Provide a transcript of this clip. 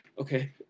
okay